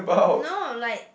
no like